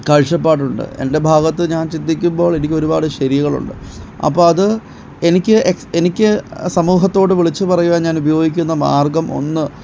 കാഴ്ചപ്പാടുണ്ട് എൻ്റെ ഭാഗത്ത് ഞാൻ ചിന്തിക്കുമ്പോൾ എനിക്കൊരുപാട് ശരികളുണ്ട് അപ്പോൾ അത് എനിക്ക് എനിക്ക് സമൂഹത്തോട് വിളിച്ചു പറയുവാൻ ഞാൻ ഉപയോഗിക്കുന്ന മാർഗ്ഗം ഒന്ന്